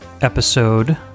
episode